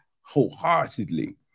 wholeheartedly